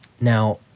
Now